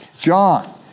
John